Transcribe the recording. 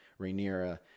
Rhaenyra